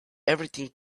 everything